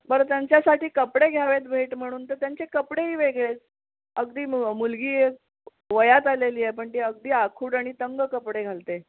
बरं त्यांच्यासाठी कपडे घ्यावेत भेट म्हणून तर त्यांचे कपडेही वेगळेच अगदी मु मुलगी वयात आलेली आहे पण ती अगदी आखूड आणि तंग कपडे घालते